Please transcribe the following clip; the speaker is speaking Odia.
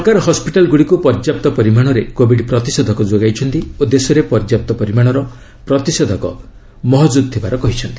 ସରକାର ହସ୍କିଟାଲ୍ ଗୁଡ଼ିକୁ ପର୍ଯ୍ୟାପ୍ତ ପରିମାଶରେ କୋବିଡ୍ ପ୍ରତିଷେଧକ ଯୋଗାଇଛନ୍ତି ଓ ଦେଶରେ ପର୍ଯ୍ୟାପ୍ତ ପରିମାଣର ପ୍ରତିଷେଧକ ମହକୁଦ ଥିବାର କହିଛନ୍ତି